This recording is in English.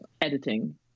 editing